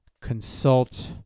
consult